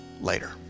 later